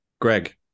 greg